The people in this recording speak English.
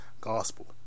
Gospel